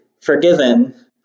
forgiven